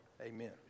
Amen